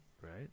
right